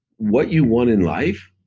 what you want in life.